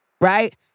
right